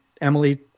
Emily